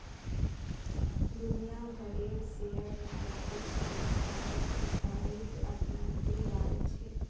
दुनिया भरेर share market संस्थागत इकाईक अपनाते वॉल्छे